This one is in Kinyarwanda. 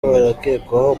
barakekwaho